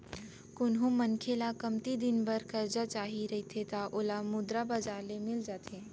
कोनो मनखे ल कमती दिन बर करजा चाही रहिथे त ओला मुद्रा बजार ले मिल जाथे